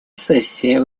сессия